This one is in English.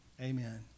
Amen